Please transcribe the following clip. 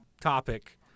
topic